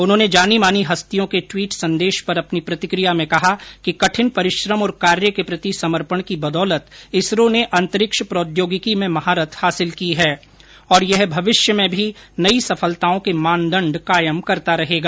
उन्होंने जानी मानी हस्तियों के ट्वीट संदेश पर अपनी प्रतिक्रिया में कहा कि कठिन परिश्रम और कार्य के प्रति समर्पण की बदौलत इसरो ने अंतरिक्ष प्रौद्योगिकी में महारत हासिल की है और यह भविष्य में भी नई सफलताओं के मानदंड कायम करता रहेगा